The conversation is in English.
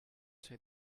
say